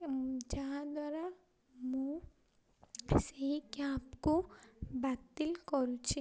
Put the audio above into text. ଯାହାଦ୍ୱାରା ମୁଁ ସେହି କ୍ୟାବ୍କୁ ବାତିଲ୍ କରୁଛି